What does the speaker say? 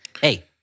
Hey